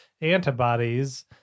antibodies